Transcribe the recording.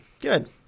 good